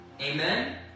Amen